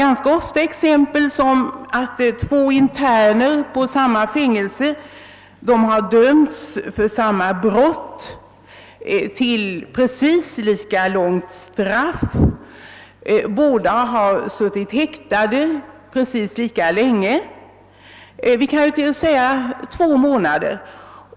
Vi kan som exempel ta två interner på samma fängelse som har dömts för samma brott till precis lika långa straff. Båda har suttit häktade lika länge, vi kan säga två månader.